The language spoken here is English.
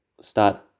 start